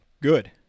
good